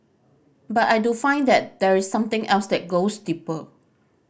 but I do find that there is something else that goes deeper